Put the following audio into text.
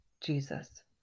Jesus